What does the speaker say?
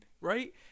right